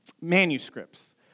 manuscripts